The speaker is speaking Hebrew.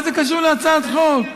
מה זה קשור להצעת חוק?